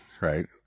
right